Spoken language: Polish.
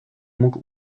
mógł